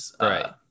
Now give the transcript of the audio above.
Right